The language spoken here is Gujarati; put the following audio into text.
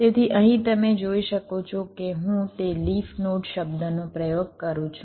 તેથી અહીં તમે જોઈ શકો છો કે હું તે લિફ નોડ શબ્દનો ઉપયોગ કરું છું